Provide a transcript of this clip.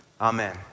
Amen